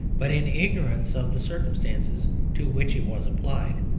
but in ignorance of the circumstances to which it was applied.